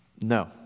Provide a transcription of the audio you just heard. No